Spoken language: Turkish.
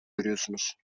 görüyorsunuz